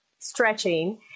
stretching